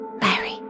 Mary